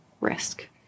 risk